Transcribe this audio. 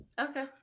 Okay